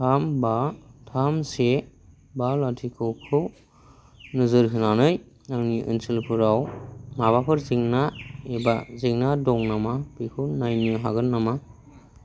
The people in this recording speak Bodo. थाम बा थाम से बा लाथिख'खौ नोजोर होनानै आंनि ओनसोलफोराव माबाफोर जेंना एबा जेंना दं नामा बेखौ नायनो हागोन नामा